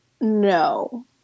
No